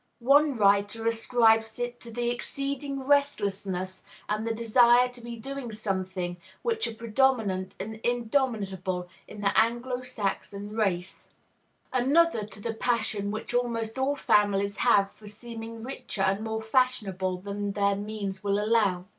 one writer ascribes it to the exceeding restlessness and the desire to be doing something which are predominant and indomitable in the anglo-saxon race another to the passion which almost all families have for seeming richer and more fashionable than their means will allow.